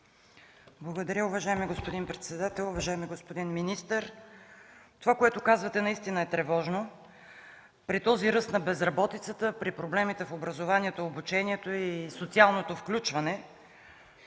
Благодаря, уважаеми господин председател. Уважаеми господин министър, това, което казвате, наистина е тревожно. При този ръст на безработицата, при проблемите в образованието, обучението и социалното включване,